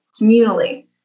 communally